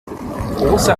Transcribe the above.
große